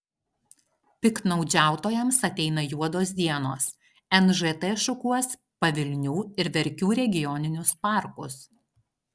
piktnaudžiautojams ateina juodos dienos nžt šukuos pavilnių ir verkių regioninius parkus